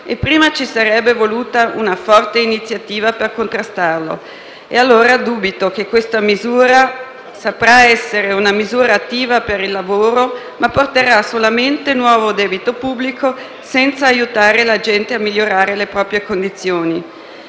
e, prima, ci sarebbe voluta una forte iniziativa per contrastarlo. Dubito pertanto che questa saprà essere una misura attiva per il lavoro e credo che porterà solamente nuovo debito pubblico, senza aiutare la gente a migliorare le proprie condizioni.